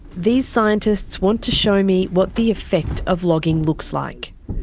these scientists want to show me what the effect of logging looks like.